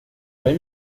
bei